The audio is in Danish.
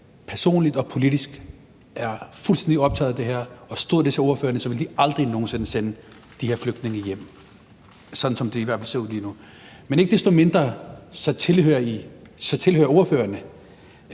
personligt og politisk er fuldstændig optaget af det her, og stod det til ordførerne, ville de aldrig nogen sinde sende de her flygtninge hjem – i hvert fald sådan som det ser ud lige nu. Men ikke desto mindre så tilhører ordførerne